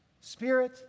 Spirit